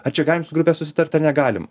ar čia galim su grupe susitart ar negalim